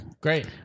Great